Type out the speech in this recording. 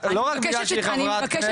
לא רק בגלל שהיא חברת כנסת,